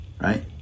right